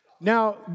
Now